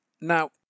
Now